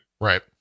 Right